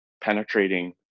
penetrating